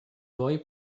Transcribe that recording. boy